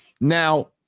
Now